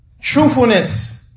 truthfulness